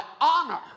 honor